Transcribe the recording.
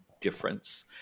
difference